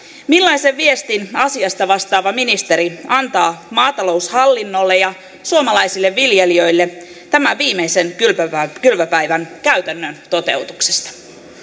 millaisen viestin asiasta vastaava ministeri antaa maataloushallinnolle ja suomalaisille viljelijöille tämän viimeisen kylvöpäivän kylvöpäivän käytännön toteutuksesta